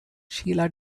shiela